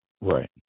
Right